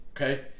okay